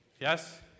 Yes